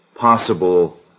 possible